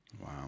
Wow